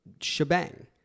shebang